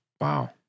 Wow